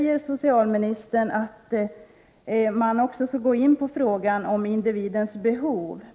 Socialministern säger att man där skall gå in på individens behov.